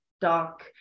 dark